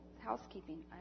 housekeeping